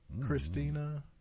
Christina